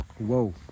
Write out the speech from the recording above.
whoa